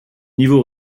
niveau